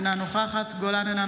אינה נוכחת מאי גולן,